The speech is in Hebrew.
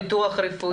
ללא ביטוח רפואי.